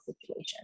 situation